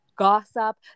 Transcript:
gossip